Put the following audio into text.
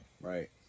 Right